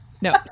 No